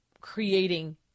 creating